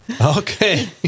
Okay